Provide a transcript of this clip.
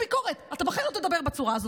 אתה בחיים לא תדבר בצורה הזאת.